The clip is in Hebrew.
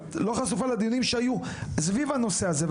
לא חשופה לדיונים שהיו סביב הנושא הזה.